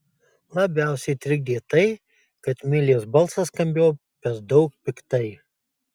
labiausiai trikdė tai kad milės balsas skambėjo per daug piktai